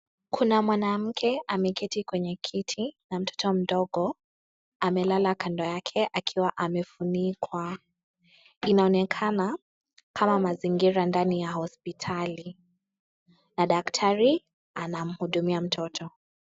Kuna mwanamke ameketi kwenye kiti na mtoto mdogo amelala kando yake akiwa anefunikwa. Inaonekana kama mazingira ndani ya hospitali na daktari anamhudumia mtoto.